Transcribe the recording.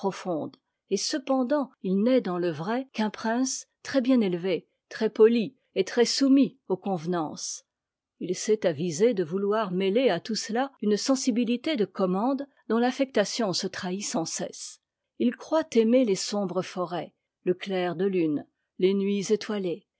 et cependant il n'est dans le vrai qu'un prince très-bien é ëvé très poli et très soumis aux convenances il s'est avisé de vouloir mêler à tout cela une sensibilité de commande dont l'affectation se trahit sans cesse il croit aimer les sombres forêts le clair de lune les nuits étoilées